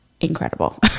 incredible